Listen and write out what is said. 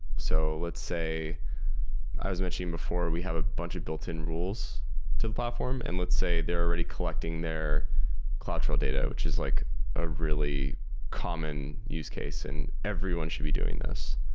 so let's say i was mentioning before, we have a bunch of built-in rules to the platform. and let's say they're already collecting their cloudtrail data, which is like a really common use case and everyone should be doing this.